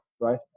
right